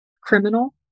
criminal